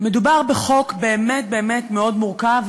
מדובר בחוק באמת באמת מאוד מורכב,